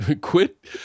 quit